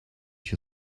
your